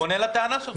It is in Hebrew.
הוא עונה לטענה שלך.